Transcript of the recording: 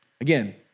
Again